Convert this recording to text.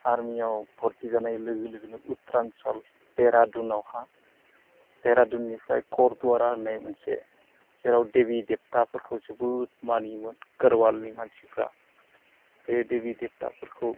आर्मियाव भरथि जानाय लोगो लोगोनो उत्तरान्सल देरादुनावहा देरादुननिफ्राय खरदुवारा होननाय मोनसे जेराव देबि देबथाफोरखौ जोबोद मानियोमोन गोरवालनि मानसिफ्रा बे देबि देबथाफोरखौ